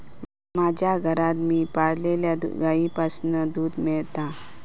माज्या घरात मी पाळलल्या गाईंपासना दूध मेळता